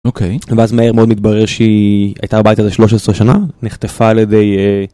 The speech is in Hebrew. אוקיי. ואז מהר מאוד מתברר שהיא הייתה בבית הזה 13 שנה. נחטפה על ידי.